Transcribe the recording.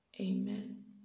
amen